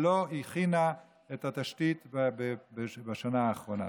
שלא הכינה את התשתית בשנה האחרונה.